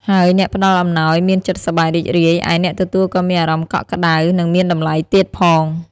ហើយអ្នកផ្តល់អំណោយមានចិត្តសប្បាយរីករាយ ឯអ្នកទទួលក៏មានអារម្មណ៍កក់ក្តៅ និងមានតម្លៃទៀតផង។